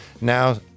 Now